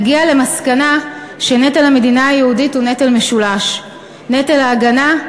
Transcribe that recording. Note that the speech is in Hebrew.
נגיע למסקנה שנטל המדינה היהודית הוא נטל משולש: נטל ההגנה,